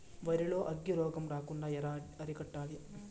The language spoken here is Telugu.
వరి లో అగ్గి రోగం రాకుండా ఎలా అరికట్టాలి?